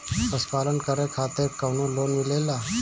पशु पालन करे खातिर काउनो लोन मिलेला?